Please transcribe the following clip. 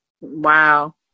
Wow